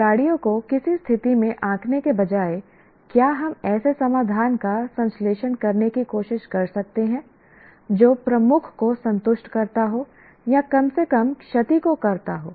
खिलाड़ियों को किसी स्थिति में आंकने के बजाय क्या हम ऐसे समाधान का संश्लेषण करने की कोशिश कर सकते हैं जो प्रमुख को संतुष्ट करता हो या कम से कम क्षति को कम करता हो